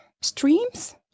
streams